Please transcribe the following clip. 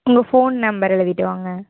உங்கள் phone number எழுதிட்டு வாங்க